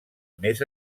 més